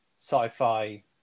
sci-fi